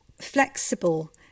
flexible